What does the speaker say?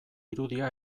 irudia